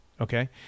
Okay